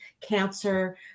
cancer